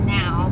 now